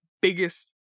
biggest